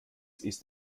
ist